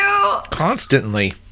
Constantly